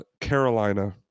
Carolina